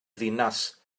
ddinas